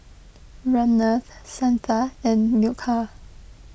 Ramnath Santha and Milkha